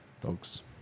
Dogs